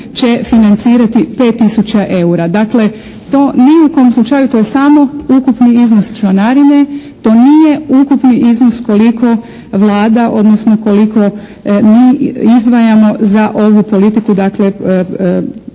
će financirati 5 tisuća eura. Dakle to ni u kom slučaju, to je samo ukupni iznos članarine, to nije ukupni iznos koliko Vlada, odnosno koliko mi izdvajamo za ovu politiku dakle